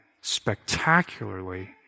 spectacularly